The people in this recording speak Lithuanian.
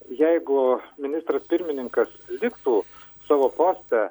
jeigu ministras pirmininkas liktų savo poste